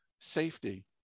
safety